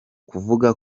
kuvuga